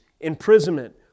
imprisonment